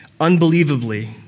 Unbelievably